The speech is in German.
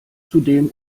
zudem